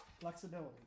flexibility